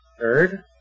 Third